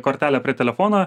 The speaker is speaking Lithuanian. kortelę prie telefoną